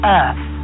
earth